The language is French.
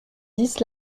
dix